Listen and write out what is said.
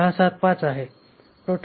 675 आहे